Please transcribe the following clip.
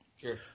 Sure